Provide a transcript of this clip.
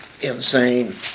insane